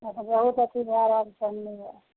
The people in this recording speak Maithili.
हाँ तऽ बहुत अथी भए रहल छै हमे